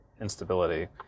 instability